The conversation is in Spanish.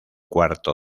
cuarto